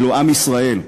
עם ישראל,